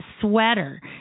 sweater